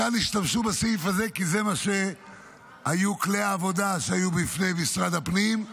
כאן השתמשו בסעיף הזה כי אלה היו כלי העבודה שהיו בפני משרד הפנים,